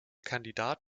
kandidat